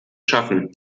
schaffen